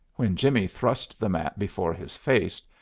when jimmie thrust the map before his face,